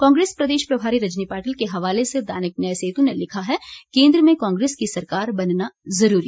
कांग्रेस प्रदेश प्रभारी रजनी पाटिल के हवाले से दैनिक न्याय सेतू ने लिखा है केंद्र में कांग्रेस की सरकार बनना जरूरी